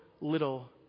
little